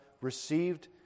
received